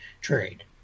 trade